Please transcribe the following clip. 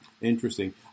Interesting